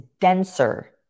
denser